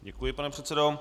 Děkuji, pane předsedo.